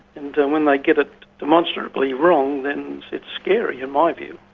and when they get it demonstrably wrong then it's scary, in my view.